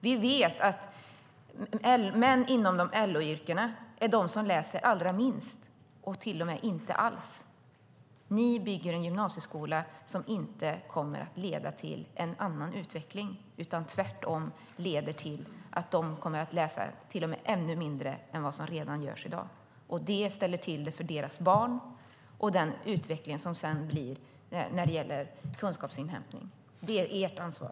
Vi vet att män inom LO-yrkena är de som läser allra minst och till och med inte alls. Ni bygger en gymnasieskola som inte kommer att leda till en annan utveckling utan tvärtom leder till att de kommer att läsa till och med ännu mindre än vad de redan gör i dag. Det ställer till det för deras barn och utvecklingen när det gäller kunskapsinhämtning. Det är ert ansvar.